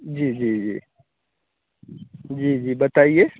जी जी जी जी जी बताइए